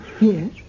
Yes